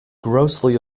grossly